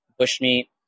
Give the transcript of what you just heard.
bushmeat